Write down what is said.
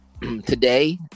today